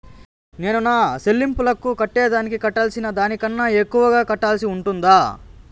నేను నా సెల్లింపులకు కట్టేదానికి కట్టాల్సిన దానికన్నా ఎక్కువగా కట్టాల్సి ఉంటుందా?